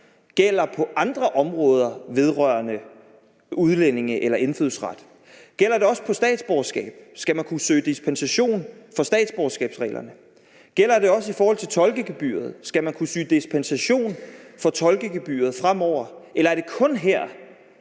gælder på andre områder vedrørende udlændinge eller indfødsret. Gælder det også for statsborgerskab. Skal man kunne søge dispensation fra statsborgerskabsreglerne? Gælder det også i forhold til tolkegebyret. Skal man kunne søge dispensation fra tolkegebyret fremover? Eller er det kun her,